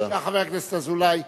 בבקשה, חבר הכנסת אזולאי.